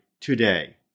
today